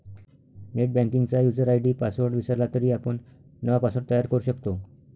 नेटबँकिंगचा user ID password विसरला तरी आपण नवा पासवर्ड तयार करू शकतो